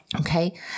Okay